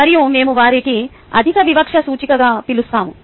మరియు మేము వారిని అధిక వివక్ష సూచికగా పిలుస్తాము